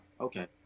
Okay